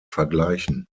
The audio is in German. vergleichen